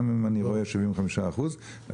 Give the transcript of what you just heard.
גם אם הוא רואה שיש לו 75 אחוזים בחבילה.